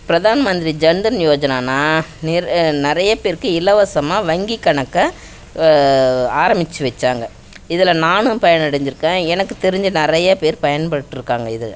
பிரதான் மந்திரி ஜன்தன் யோஜனானா நிர் நிறையப் பேருக்கு இலவசமாக வங்கிக் கணக்கை ஆரம்பிச்சு வச்சாங்க இதில் நான் பயனடைஞ்சுருக்கேன் எனக்கு தெரிஞ்ச நிறைய பேர் பயன்பட்டுருக்காங்க இதில்